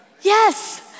yes